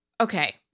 okay